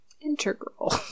integral